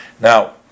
Now